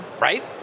Right